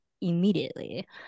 immediately